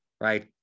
right